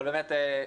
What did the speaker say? אבל באמת,